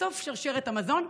בסוף שרשרת המזון,